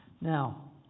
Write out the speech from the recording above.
Now